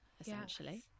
essentially